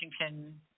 Washington